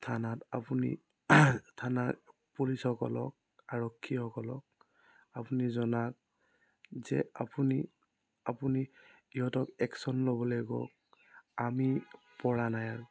থানাত আপুনি থানাৰ পুলিচসকলক আৰক্ষীসকলক আপুনি জনাওক যে আপুনি আপুনি ইহঁতক একশ্য়ন ল'বলৈ কওক আমি পৰা নাই আৰু